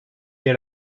yer